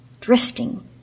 drifting